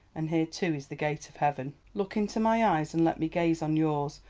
and here too is the gate of heaven. look into my eyes, and let me gaze on yours,